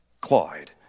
Clyde